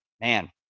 Man